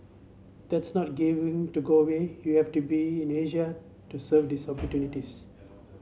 that's not giving to go away you have to be in Asia to serve these opportunities